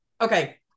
Okay